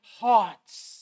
hearts